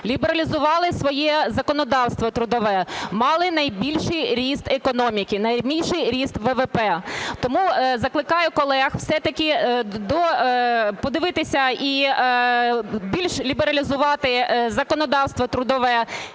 лібералізували своє законодавство трудове, мали найбільший ріст економіки, найбільший ріст ВВП, тому закликаю колег все-таки подивитися і більш лібералізувати законодавство трудове